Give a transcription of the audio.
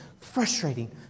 frustrating